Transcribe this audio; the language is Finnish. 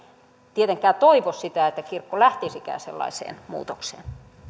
tietenkään toivo sitä että kirkko lähtisikään sellaiseen muutokseen